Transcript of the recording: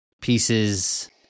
pieces